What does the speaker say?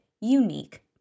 unique